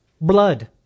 blood